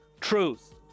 truth